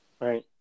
right